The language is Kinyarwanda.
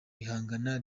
ihangana